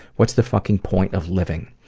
what's the fucking point of living?